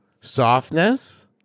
softness